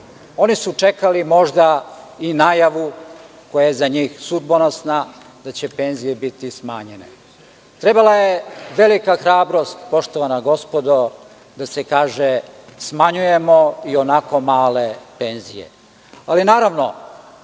Oni su čekali možda i najavu koja je za njih sudbonosna da će penzije biti smanjene. Trebala je velika hrabrost, poštovana gospodo, da se kaže – smanjujemo ionako male penzije. Ali naravno,